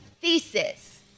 thesis